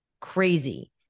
crazy